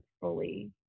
fully